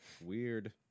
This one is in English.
Weird